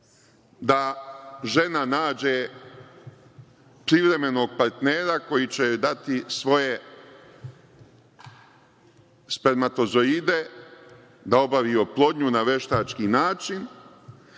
da žena nađe privremenog partnera koji će joj dati svoje spermatozoide da obavi oplodnju na veštački način,